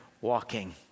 walking